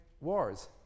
wars